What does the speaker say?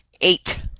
eight